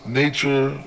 nature